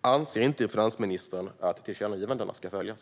Anser inte finansministern att tillkännagivandena ska följas?